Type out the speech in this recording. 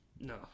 No